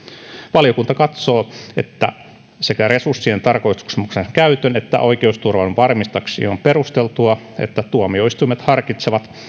valiokunta katsoo että sekä resurssien tarkoituksenmukaisen käytön että oikeusturvan varmistamiseksi on perusteltua että tuomioistuimet harkitsevat